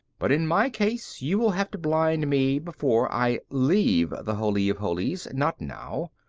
but in my case you will have to blind me before i leave the holy of holies, not now.